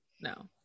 No